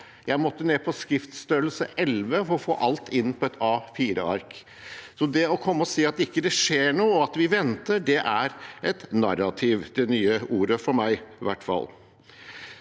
Jeg måtte ned på skriftstørrelse 11 for å få alt inn på et A4-ark. Så det å komme og si at det ikke skjer noe, og at vi venter, er et narrativ – det nye ordet for meg, i hvert fall.